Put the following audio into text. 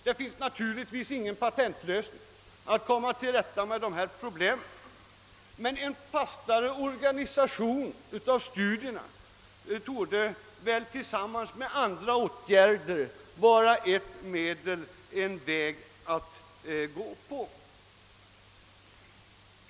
Det finns naturligtvis ingen patentlösning för att komma till rätta med dessa problem, men en fastare organisation av studierna torde väl tillsammans med andra åtgärder vara en väg.